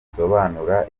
risobanura